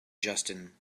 justin